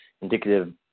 indicative